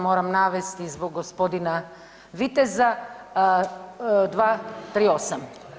Moram navesti zbog gospodina viteza 238.